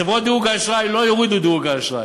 חברות דירוג האשראי לא יורידו את דירוג האשראי.